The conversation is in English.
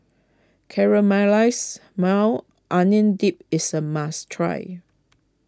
Caramelized Maui Onion Dip is a must try